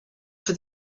for